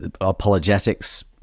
apologetics